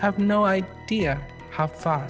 have no idea how fa